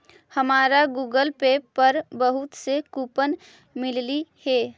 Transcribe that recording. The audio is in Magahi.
हमारा गूगल पे पर बहुत से कूपन मिललई हे